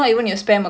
mm